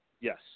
Yes